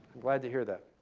glad to hear that.